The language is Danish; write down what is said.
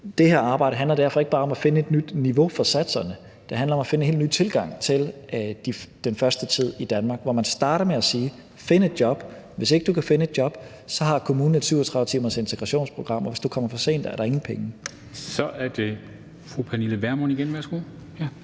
det her arbejde handler derfor ikke bare om at finde et nyt niveau for satserne; det handler om at finde en helt ny tilgang til den første tid i Danmark, hvor man starter med at sige: Find et job, og hvis ikke du kan finde et job, har kommunen et 37-timers integrationsprogram, og hvis du kommer for sent, er der ingen penge. Kl. 19:23 Formanden (Henrik